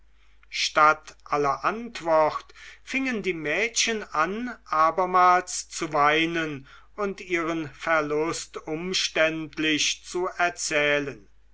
statt aller antwort fingen die mädchen an abermals zu weinen und ihren verlust umständlich zu erzählen